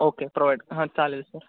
okay provide हां चालेल sir